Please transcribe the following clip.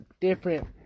different